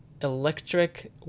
electric